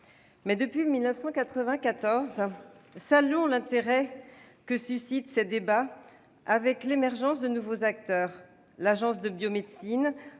Mais, depuis 1994, saluons l'intérêt que suscitent ces débats avec l'émergence de nombreux acteurs : l'Agence de la biomédecine,